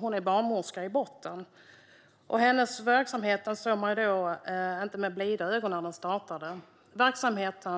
Hon är själv barnmorska i botten och ville driva verksamheten för familjer på ett annat sätt, men man såg inte med blida ögon på hennes verksamhet när